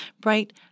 bright